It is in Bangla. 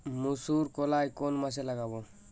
মুসুর কলাই কোন মাসে লাগাব?